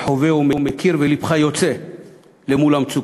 חווה ומכיר ולבך יוצא אל מול המצוקות.